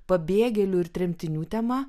pabėgėlių ir tremtinių tema